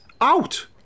Out